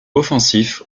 offensif